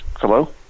hello